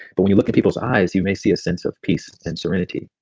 but when you look at people's eyes, you may see a sense of peace and serenity.